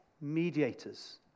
mediators